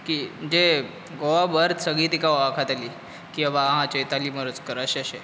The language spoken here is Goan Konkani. की जें गोवा भर सगळी तिका वळखताली की आबा आ चैताली मोरजकर अशें अशें